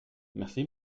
merci